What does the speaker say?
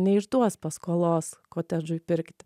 neišduos paskolos kotedžui pirkt